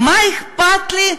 מה אכפת לי הממוצע?